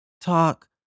Talk